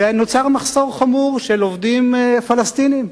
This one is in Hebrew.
ונוצר מחסור חמור בעובדים פלסטינים.